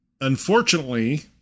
Unfortunately